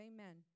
Amen